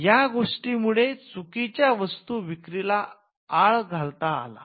या गोष्टी मुळे चुकीच्या वस्तू विक्रीला आळ घालता आला